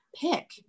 pick